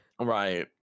Right